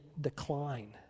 decline